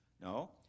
No